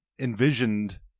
envisioned